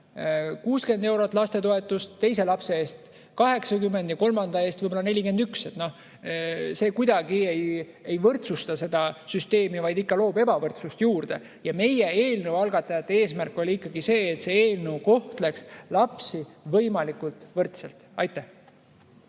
60 eurot lapsetoetust, teise lapse eest 80 ja kolmanda eest võib-olla 41. See kuidagi ei võrdsusta süsteemi, vaid ikka loob ebavõrdsust juurde. Ja meie, eelnõu algatajate eesmärk oli ikkagi see, et see eelnõu kohtleb lapsi võimalikult võrdselt. Ma